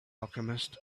alchemist